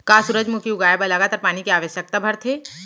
का सूरजमुखी उगाए बर लगातार पानी के आवश्यकता भरथे?